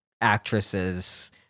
actresses